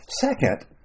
Second